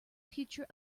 future